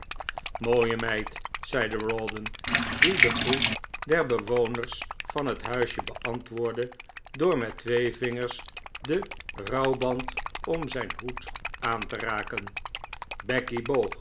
mooie meid zeide rawdon die den groet der bewoners van het huisje beantwoordde door met twee vingers den rouwband om zijn hoed aan te raken becky